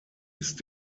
ist